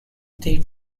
they